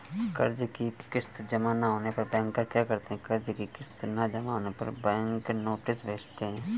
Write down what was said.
कर्ज कि किश्त जमा नहीं होने पर बैंकर क्या कर सकते हैं?